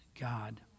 God